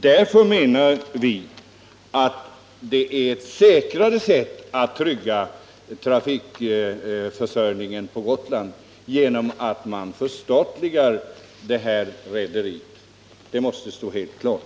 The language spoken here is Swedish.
Därför menar vi att man på ett säkrare sätt kan trygga trafikförsörjningen för Gotland genom att förstatliga rederiet. Det måste stå helt klart.